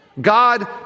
God